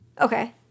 Okay